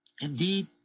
indeed